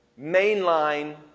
mainline